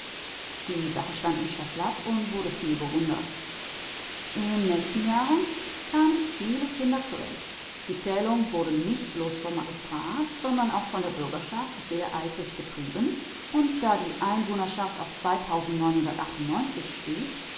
die sache stand im stadtblatt und wurde viel bewundert im nächsten jahre kamen viele kinder zur welt die zählung wurde nicht bloß vom magistrat sondern auch von der bürgerschaft sehr eifrig betrieben und da die einwohnerschaft auf